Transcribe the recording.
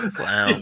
Wow